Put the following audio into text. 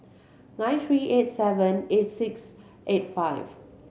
nine three eight seven eight six eight five